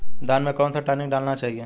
धान में कौन सा टॉनिक डालना चाहिए?